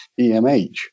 EMH